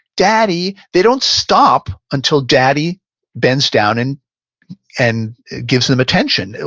daddy. they don't stop until daddy bends down in and gives them attention.